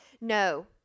No